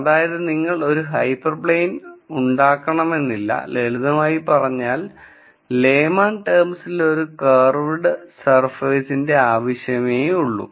അതായത് നിങ്ങൾ ഒരു ഹൈപെർ പ്ലെയിൻഉണ്ടാക്കണമെന്നില്ല ലളിതമായി പറഞ്ഞാൽ ലേമാൻ ടേംസിൽ ഒരു കർവ്ഡ് സർഫേസിന്റെ ആവശ്യമേയുള്ളു